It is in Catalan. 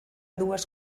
dues